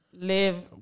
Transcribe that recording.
Live